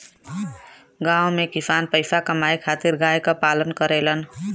गांव में किसान पईसा कमाए खातिर गाय क पालन करेलन